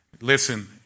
Listen